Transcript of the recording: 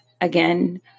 Again